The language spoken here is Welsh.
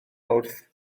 mawrth